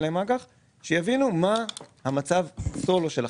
להן אג"ח כדי שיבינו מה מצב הסולו של החברה,